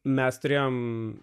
mes turėjome